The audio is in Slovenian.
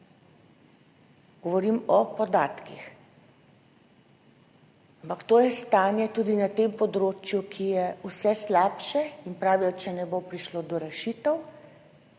Govorim o podatkih. Ampak to je stanje tudi na tem področju, ki je vse slabše in pravijo, če ne bo prišlo do rešitev,